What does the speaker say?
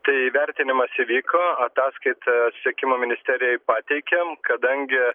tai įvertinimas įvyko ataskaita susisiekimo ministerijai pateikėm kadangi